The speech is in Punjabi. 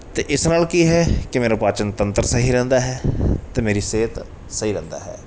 ਅਤੇ ਇਸ ਨਾਲ ਕੀ ਹੈ ਕਿ ਮੇਰਾ ਪਾਚਨ ਤੰਤਰ ਸਹੀ ਰਹਿੰਦਾ ਹੈ ਅਤੇ ਮੇਰੀ ਸਿਹਤ ਸਹੀ ਰਹਿੰਦਾ ਹੈ